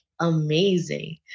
amazing